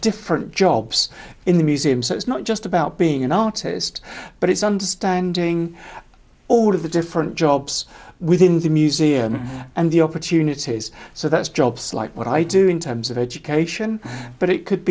different jobs in the museum so it's not just about being an artist but it's understanding all of the different jobs within the museum and the opportunities so that's jobs like what i do in terms of education but it could